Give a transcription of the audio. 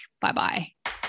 Bye-bye